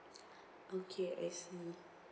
okay I see